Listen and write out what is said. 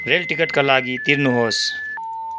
rail टिकटका लागि तिर्नुहोस्